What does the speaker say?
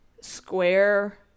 square